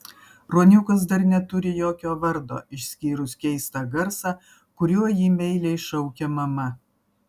ruoniukas dar neturi jokio vardo išskyrus keistą garsą kuriuo jį meiliai šaukia mama